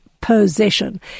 possession